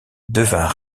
devint